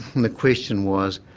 and the question was,